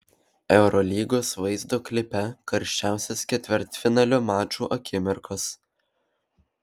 eurolygos vaizdo klipe karščiausios ketvirtfinalio mačų akimirkos